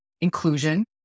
inclusion